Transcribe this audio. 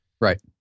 Right